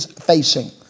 facing